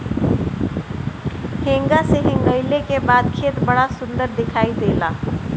हेंगा से हेंगईले के बाद खेत बड़ा सुंदर दिखाई देला